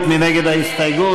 סתיו שפיר,